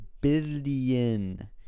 billion